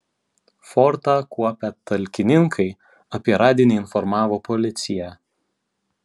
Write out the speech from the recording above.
fortą kuopę talkininkai apie radinį informavo policiją